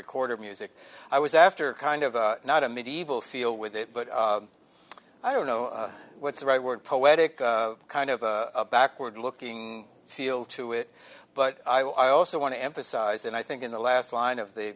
record of music i was after kind of not a medieval feel with it but i don't know what's the right word poetic kind of a backward looking feel to it but i also want to emphasize and i think in the last line of the